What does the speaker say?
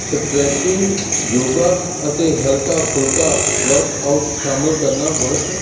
stretching yoga ਅਤੇ ਹਲਕਾ ਫੁਲਕਾ ਵਰਕਆਊਟ ਸ਼ਾਮਿਲ ਕਰਨਾ ਬਹੁਤ